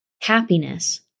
happiness